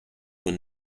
were